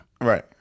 Right